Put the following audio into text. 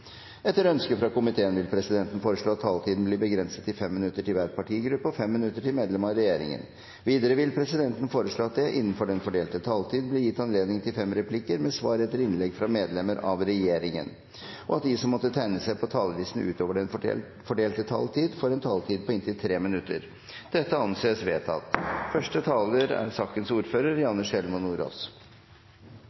Etter ønske fra helse- og omsorgskomiteen vil presidenten foreslå at taletiden blir begrenset til 5 minutter til hver partigruppe og 5 minutter til medlem av regjeringen. Videre vil presidenten foreslå at det blir gitt anledning til fem replikker med svar etter innlegg fra medlemmer av regjeringen innenfor den fordelte taletid, og at de som måtte tegne seg på talerlisten utover den fordelte taletid, får en taletid på inntil 3 minutter. – Det anses vedtatt.